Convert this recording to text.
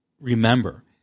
remember